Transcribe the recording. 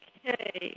Okay